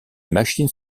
machines